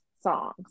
songs